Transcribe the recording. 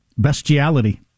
Bestiality